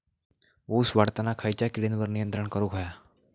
ऊस वाढताना खयच्या किडींवर नियंत्रण करुक व्हया?